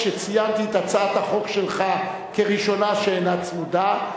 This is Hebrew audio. כשציינתי את הצעת החוק שלך כראשונה שאינה צמודה,